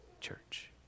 church